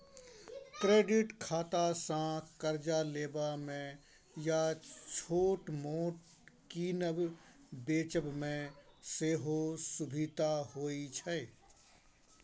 credit खातासँ करजा लेबा मे या छोट मोट कीनब बेचब मे सेहो सुभिता होइ छै